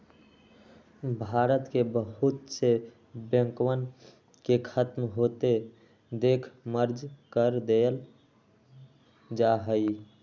भारत के बहुत से बैंकवन के खत्म होते देख मर्ज कर देयल जाहई